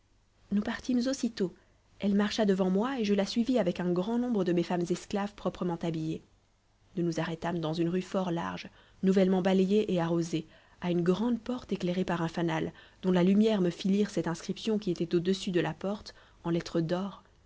nous partîmes aussitôt elle marcha devant moi et je la suivis avec un grand nombre de mes femmes esclaves proprement habillées nous nous arrêtâmes dans une rue fort large nouvellement balayée et arrosée à une grande porte éclairée par un fanal dont la lumière me fit lire cette inscription qui était au-dessus de la porte en lettres d'or